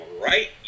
right